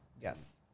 Yes